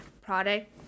product